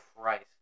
Christ